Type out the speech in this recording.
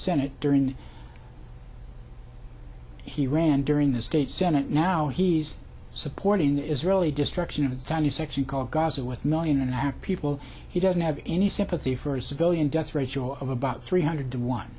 during he ran during the state senate now he's supporting the israeli destruction of a tiny section called gaza with million and a half people he doesn't have any sympathy for a civilian death ratio of about three hundred to one